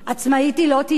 עצמאית היא לא תהיה,